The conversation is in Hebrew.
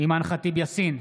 אימאן ח'טיב יאסין,